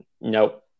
Nope